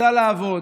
יצאה לעבוד,